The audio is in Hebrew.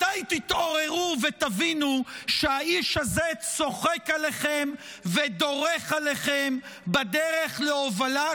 מתי תתעוררו ותבינו שהאיש הזה צוחק עליכם ודורך עליכם בדרך להובלת